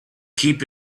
keep